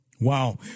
Wow